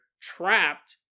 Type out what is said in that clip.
trapped